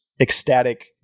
ecstatic